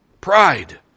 Pride